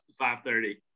530